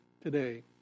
today